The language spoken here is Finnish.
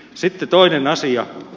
sitten toinen asia